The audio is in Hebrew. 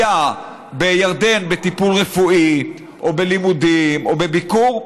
היה בירדן בטיפול רפואי או בלימודים או בביקור,